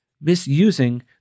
misusing